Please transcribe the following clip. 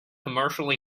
commercially